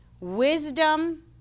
Wisdom